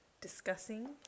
discussing